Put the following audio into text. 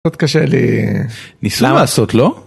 זאת קשה לי... ניסו לעשות, לא?